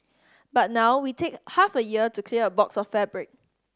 but now we take half a year to clear a box of fabric